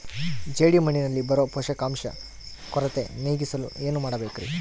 ಜೇಡಿಮಣ್ಣಿನಲ್ಲಿ ಬರೋ ಪೋಷಕಾಂಶ ಕೊರತೆ ನೇಗಿಸಲು ಏನು ಮಾಡಬೇಕರಿ?